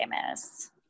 famous